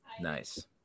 Nice